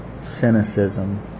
cynicism